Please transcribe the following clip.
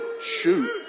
Shoot